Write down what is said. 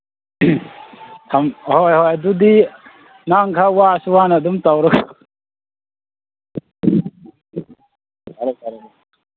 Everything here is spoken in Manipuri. ꯍꯣꯏ ꯍꯣꯏ ꯑꯗꯨꯗꯤ ꯅꯪ ꯈꯔ ꯋꯥꯔꯁꯨ ꯋꯥꯅ ꯇꯧꯔꯣꯀꯣ ꯐꯔꯦ ꯐꯔꯦ